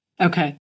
Okay